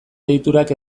deiturak